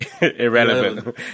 irrelevant